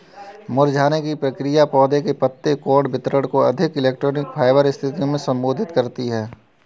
मुरझाने की प्रक्रिया पौधे के पत्ती कोण वितरण को अधिक इलेक्ट्रो फाइल स्थितियो में संशोधित करती है